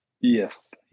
yes